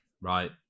Right